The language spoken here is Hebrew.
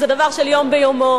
זה דבר של יום ביומו,